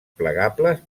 plegables